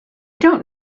don’t